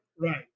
Right